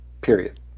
period